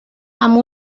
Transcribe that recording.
amb